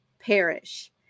perish